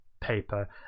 paper